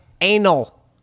anal